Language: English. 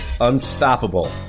unstoppable